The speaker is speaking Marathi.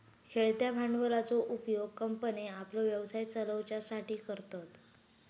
खेळत्या भांडवलाचो उपयोग कंपन्ये आपलो व्यवसाय चलवच्यासाठी करतत